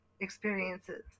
experiences